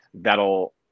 That'll